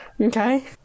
okay